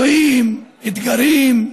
פצועים, אתגרים.